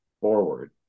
forward